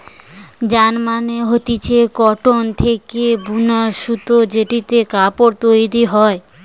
yarn মানে হতিছে cotton থেকে বুনা সুতো জেটিতে কাপড় তৈরী হয়